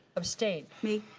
abstained? me.